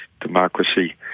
democracy